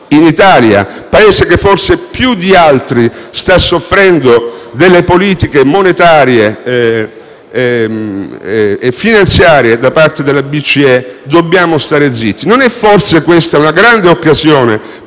in Italia, Paese che forse più di altri sta soffrendo le politiche monetarie e finanziarie da parte della BCE, dobbiamo stare zitti? Non è forse questa una grande occasione